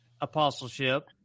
apostleship